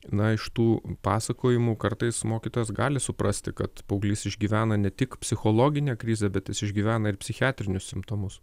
na iš tų pasakojimų kartais mokytojas gali suprasti kad paauglys išgyvena ne tik psichologinę krizę bet jis išgyvena ir psichiatrinius simptomus